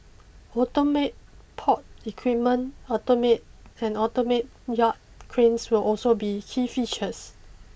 automate port equipment automate and automate yard cranes will also be key features